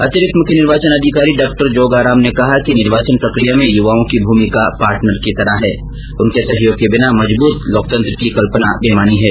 अतिरिक्त मुख्य निर्वाचन अधिकारी डॉ जोगाराम ने कहा कि निर्वाचन प्रक्रिया में युवाओं की भूमिका पार्टनर की तरह है उनके सहयोग के बिना मजबूत लोकतंत्र की कल्पना बेमानी है